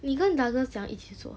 你跟 douglas 怎样一起做